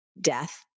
death